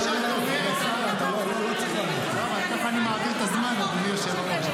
ככה אני מעביר את הזמן, אדוני היושב-ראש.